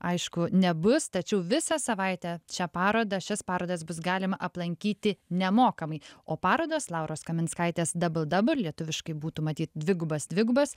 aišku nebus tačiau visą savaitę šią parodą šias parodas bus galima aplankyti nemokamai o parodos lauros kaminskaitės dabl dabl lietuviškai būtų matyt dvigubas dvigubas